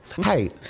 Hey